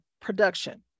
production